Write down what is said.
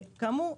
כאמור,